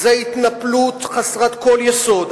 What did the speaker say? זה התנפלות חסרת כל יסוד.